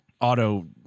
auto